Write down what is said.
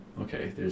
okay